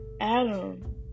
Adam